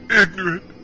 ignorant